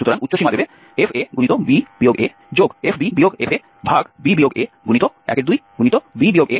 সুতরাং উচ্চ সীমা দেবে fab afb fb a122